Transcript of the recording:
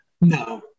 No